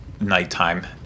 nighttime